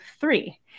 Three